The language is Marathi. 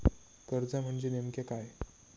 कर्ज म्हणजे नेमक्या काय?